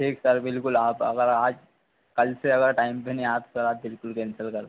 ठीक सर बिल्कुल आप अगर आज कल से अगर टाइम पर नहीं आए त सर आप बिल्कुल कैंसिल कर देना